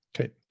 Okay